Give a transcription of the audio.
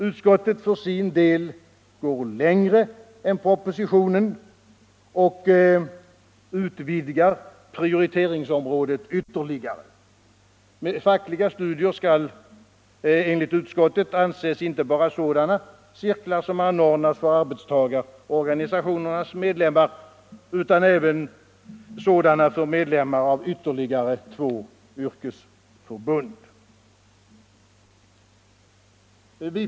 Utskottet går för sin del längre än propositionen och utvidgar prioriteringsområdet ytterligare. Som fackliga studier skall enligt utskottet anses inte bara sådana cirklar som anordnas för arbetstagarorganisationernas medlemmar utan även sådana för medlemmar i ytterligare två yrkesförbund.